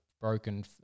broken